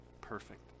Perfect